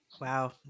Wow